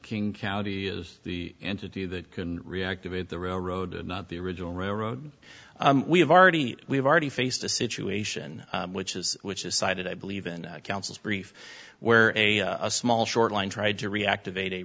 king county is the entity that can reactivate the railroad and not the original railroad we've already we've already faced a situation which is which is cited i believe in council's brief where a a small short line tried to reactivate a